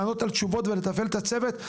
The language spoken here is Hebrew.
לענות על שאלות ולתפעל את הצוות.